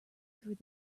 through